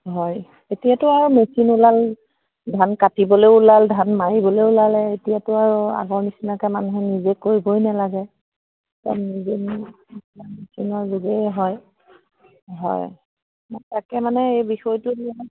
হয় এতিয়াতো আৰু মেচিন ওলাল ধান কাটিবলৈ ওলাল ধান মাৰিবলৈ ওলালে এতিয়াতো আৰু আগৰ নিচিনাকৈ মানুহে নিজে কৰিবই নেলাগে মেচিনৰ যোগেই হয় হয় মই তাকে মানে এই বিষয়টোত